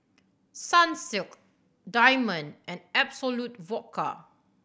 Sunsilk Diamond and Absolut Vodka